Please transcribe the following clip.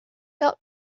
felt